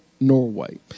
Norway